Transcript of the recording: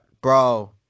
bro